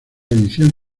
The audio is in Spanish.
edición